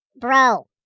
bro